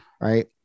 Right